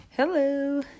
Hello